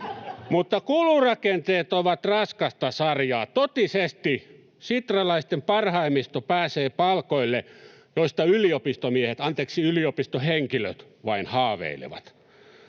mutta kulurakenteet ovat raskasta sarjaa. Totisesti, sitralaisten parhaimmisto pääsee palkoille, joista yliopistomiehet — anteeksi,